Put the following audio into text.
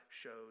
shows